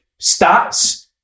stats